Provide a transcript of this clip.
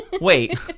Wait